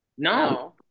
no